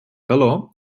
calor